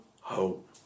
hope